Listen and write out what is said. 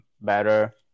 better